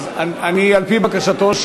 על-פי בקשתו,